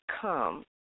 come